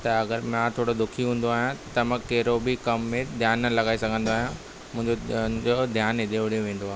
त अगरि मां थोरो दुखी हूंदो आहियां त मां कहिड़ो बि कमु में ध्यानु न लॻाई सघंदो आहियां मुंहिंजो ध्यानु एॾे ओॾे वेंदो आहे